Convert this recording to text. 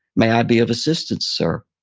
may i be of assistance, sir?